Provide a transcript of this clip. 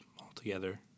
altogether